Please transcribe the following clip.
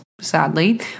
sadly